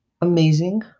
amazing